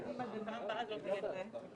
זה מקום שנותן את הוונטילציה לנפש.